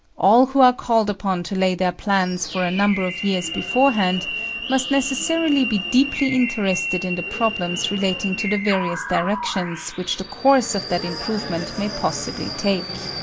all who are called upon to lay their plans for a number of years beforehand must necessarily be deeply interested in the problems relating to the various directions which the course of that improvement may possibly take.